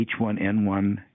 H1N1